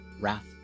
wrath